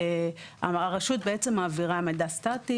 הרשות בעצם מעבירה מידע סטטי